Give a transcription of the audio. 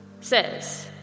says